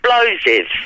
explosives